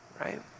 Right